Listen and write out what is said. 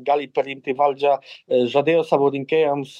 gali perimti valdžią žadėjo savo rinkėjams